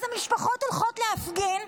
אז המשפחות הולכות להפגין.